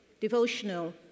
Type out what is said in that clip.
devotional